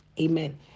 Amen